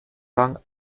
lang